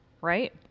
right